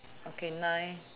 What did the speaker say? okay nine